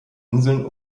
inseln